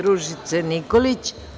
Ružice Nikolić.